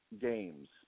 games